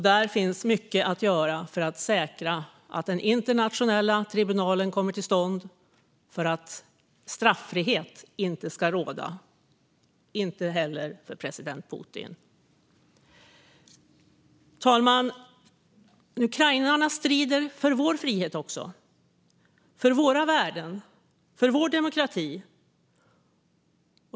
Det finns mycket att göra för att säkra att den internationella tribunalen kommer till stånd så att straffrihet inte ska råda, inte heller för president Putin. Herr talman! Ukrainarna strider också för vår frihet, våra värden och vår demokrati.